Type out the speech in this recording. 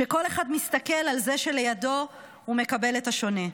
שכל אחד מסתכל על זה שלידו ומקבל את השונה.